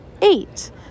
eight